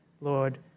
Lord